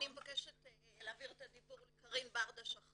אני מבקשת להעביר את רשות הדיבור לקרין ברדה שהיא